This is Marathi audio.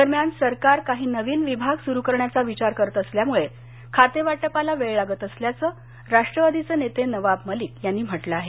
दरम्यान सरकार काही नवीन विभाग सुरू करण्याचा विचार करत असल्यामुळे खातेवाटपाला वेळ लागत असल्याचं राष्ट्रवादीचे नेते नवाब मलिक यांनी म्हटलं हे